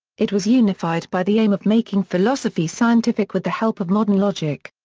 it was unified by the aim of making philosophy scientific with the help of modern logic.